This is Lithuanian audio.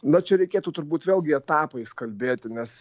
na čia reikėtų turbūt vėlgi etapais kalbėti nes